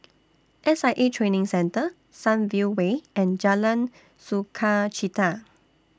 S I A Training Centre Sunview Way and Jalan Sukachita